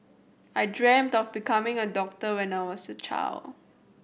I dreamt of becoming a doctor when I was a child